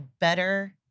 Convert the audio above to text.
better